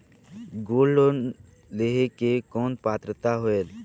Gold loan लेहे के कौन पात्रता होएल?